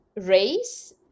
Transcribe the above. race